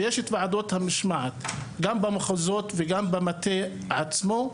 ויש את ועדות המשמעת גם במחוזות וגם במטה עצמו,